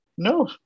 No